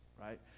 right